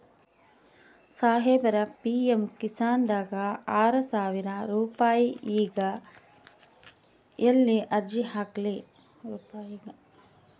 ಸಾಹೇಬರ, ಪಿ.ಎಮ್ ಕಿಸಾನ್ ದಾಗ ಆರಸಾವಿರ ರುಪಾಯಿಗ ಎಲ್ಲಿ ಅರ್ಜಿ ಹಾಕ್ಲಿ?